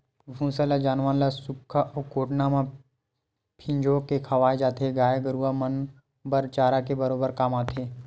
भूसा ल जानवर ल सुख्खा अउ कोटना म फिंजो के खवाय जाथे, गाय गरुवा मन बर चारा के बरोबर काम आथे